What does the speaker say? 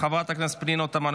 חברת הכנסת פנינה תמנו,